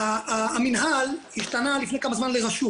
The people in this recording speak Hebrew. המינהל השתנה לפני כמה זמן לרשות.